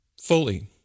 fully